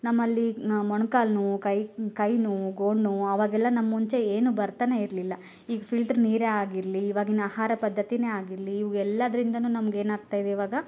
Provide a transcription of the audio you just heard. ನಮ್ಮಲ್ಲಿ ಮೊಣ್ಕಾಲು ನೋವು ಕೈ ಕೈ ನೋವು ಗೋಣ್ ನೋವು ಅವಾಗೆಲ್ಲ ನಮ್ಮ ಮುಂಚೆ ಏನು ಬರ್ತನೇ ಇರಲಿಲ್ಲ ಈಗ್ ಫಿಲ್ಟ್ರ್ ನೀರೇ ಆಗಿರಲಿ ಇವಾಗಿನ ಆಹಾರ ಪದ್ಧತಿನೇ ಆಗಿರಲಿ ಇವು ಎಲ್ಲದರೂನು ನಮ್ಗೆ ಏನಾಗ್ತಾಯಿದೆ ಇವಾಗ